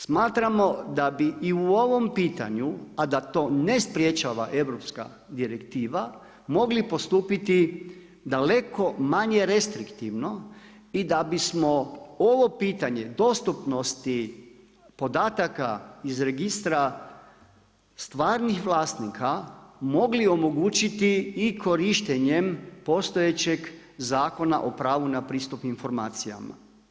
Smatramo da bi i u ovom pitanju a da to ne sprečava europska direktiva, mogli postupiti dakle manje restriktivno i da bismo ovo pitanje dostupnosti podataka iz registra stvarnih vlasnika mogli omogućiti i korištenjem postojećeg Zakon o pravu na pristup informacijama.